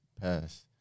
pass